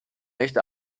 echte